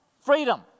Freedom